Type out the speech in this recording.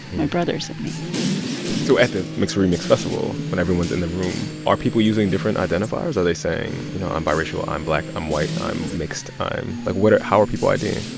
my brothers and me so at the mixed remixed festival, when everyone's in the room, are people using different identifiers? are they saying, you know, i'm biracial. i'm black. i'm white. i'm mixed. i'm like, what are how are people id'ing?